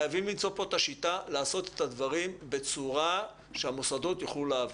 חייבים למצוא פה את השיטה לעשות את הדברים בצורה שהמוסדות יוכלו לעבוד.